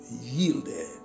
yielded